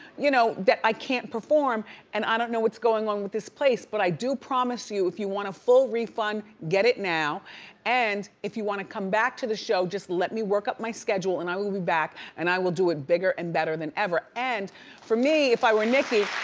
you know that i can't perform and i don't know what's goin' on with this place but, i do promise you if you wanna full refund get it now and if you wanna come back to the show just let me work up my schedule and i will be back and i will do it bigger and better than ever. for me if i were nicki,